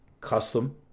custom